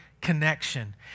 connection